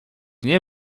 nie